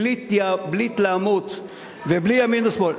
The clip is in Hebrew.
בלי התלהמות ובלי ימין ושמאל.